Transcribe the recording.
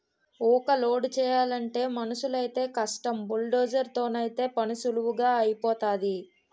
ఊక లోడు చేయలంటే మనుసులైతేయ్ కష్టం బుల్డోజర్ తోనైతే పనీసులువుగా ఐపోతాది